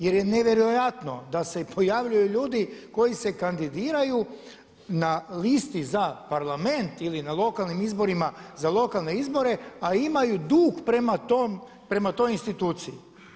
Jer je nevjerojatno da se pojavljuju ljudi koji se kandidiraju na listi za Parlament ili na lokalnim izborima za lokalne izbore a imaju dug prema toj instituciji.